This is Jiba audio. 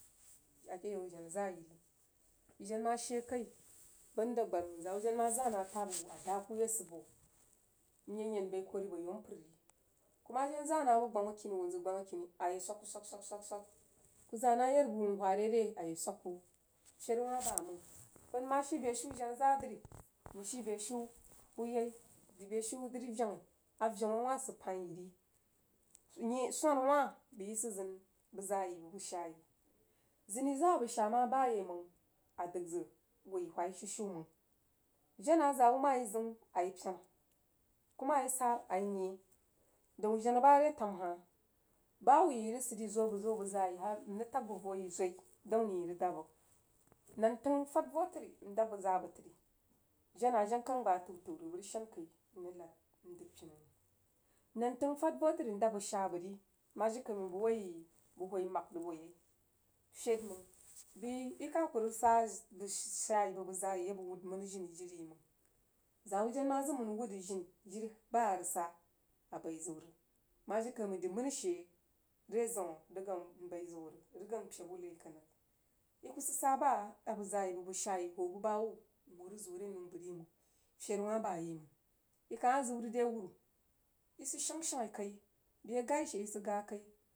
Ake yau jenazaa yi ri jen mah she kai ba-da gbar wunzaa wuh jen mah zah na tabba wuh a dah akuu ya sid boh nye yen bai kuh ri abo yau npər ri kuh mah jen zah hah buh gbama kini wuh nzə gbagha akini ayeh swag swag swag kuh zah yarba wuh mhaa re ayeh swag kuh ferii wah bamang nang shii beshiu buh yai dri beshiu dri vanghi aveun a wah sida pəin yi ri swang wah bəi yi sid zəun bəg zaa yi bu bəg shaa yi zəni zaa mah bayaimang adəg zəg wi whai shushu mang jena zaa wuh mah yi ziun a yi pena kuh mah yi sata a yi nyeh daun jena bah re tamhah ba hubba yi rig sid dri zuoh bəg zuoh bəg zag yi har mrig tag bəg voh yirizoi daun ni yi rig daab bəg nautəng fhad vou tri ndaadb bəg zaa bəg tri jenah jen kay bəg atəu təu rig bəg rig shake mrig lad ndəg pinu mang nantəng fhad voh trí ndaab bəg shaa bəg ri mah jiri kai buh rig hoí yi bəg whoi mag rig boh yai fəd mang bəi zaa yi abəg whud mənah jini yi mang zaa wuh jen mah zəg mənnah whud rig jin jiri bah a rig sah abəiziu rig mah jirikaimang drí a rig sah abəiziu rig mah jirikaimang drí mənah she reiziunwah rigan nbai zəg wuh rig rigan npəab wuh ki kə, nrig yi kuh sid sah baa abəg zag yi bəgbəg shaa yi hoo bubah hubba nwhoo rig ziu yi ake nou bəg ri mang fəri wah bayaí mang yi kah mah ziun rig rewuru yi sid shang shaghi kai bəh ghai she yi sid gha kai.